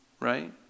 right